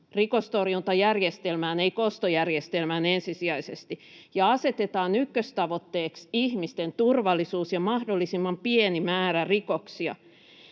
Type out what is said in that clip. rikostorjuntajärjestelmään, ei kostojärjestelmään ensisijaisesti — ja asetetaan ykköstavoitteeksi ihmisten turvallisuus ja mahdollisimman pieni määrä rikoksia,